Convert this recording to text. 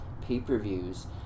pay-per-views